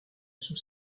sous